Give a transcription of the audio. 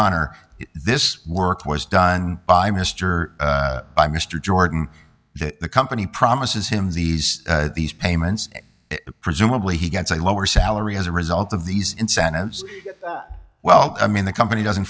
honor this work was done by mr by mr jordan that the company promises him these these payments presumably he gets a lower salary as a result of these incentives well i mean the company doesn't